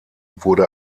wurde